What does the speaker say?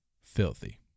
filthy